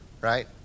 right